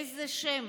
איזה שם